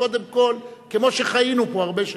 קודם כול, כמו שחיינו פה הרבה שנים.